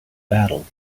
battle